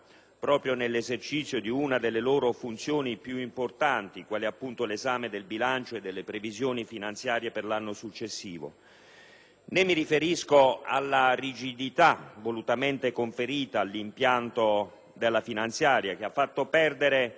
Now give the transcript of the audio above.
proprio nell'esercizio di una delle loro funzioni più importanti, quale appunto l'esame del bilancio e delle previsioni finanziarie per l'anno successivo. Né mi riferisco alla rigidità volutamente conferita all'impianto della finanziaria, che ha fatto perdere